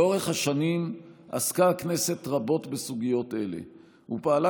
לאורך השנים עסקה הכנסת רבות בסוגיות אלה ופעלה